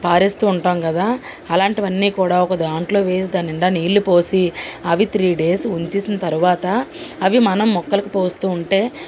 పారేస్తూ ఉంటాం కదా అలాంటివన్నీ కూడా ఒక దాంట్లో వేసి దాన్నిండా నీళ్ళు పోసి అవి త్రీ డేస్ ఉంచేసిన తరువాత అవి మనం మొక్కలకు పోస్తూ ఉంటే